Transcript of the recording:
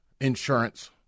insurance